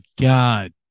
God